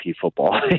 football